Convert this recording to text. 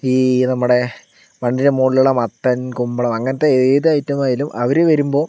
ഈ നമ്മുടെ വണ്ടിയുടെ മുകളിൽ ഉള്ള മത്തൻ കുമ്പളം അങ്ങനത്തെ ഏത് ഐറ്റം ആയാലും അവര് വരുമ്പോൾ